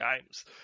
games